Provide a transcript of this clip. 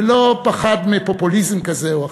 ולא פחד מפופוליזם כזה הוא אחר.